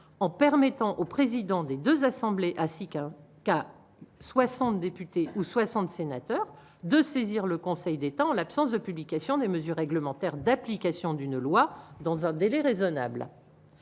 en permettant aux présidents des 2 assemblées, ainsi qu'un qu'à 60 députés ou 60 sénateurs de saisir le Conseil d'État, en l'absence de publication des mesures réglementaires d'application d'une loi dans un délai raisonnable,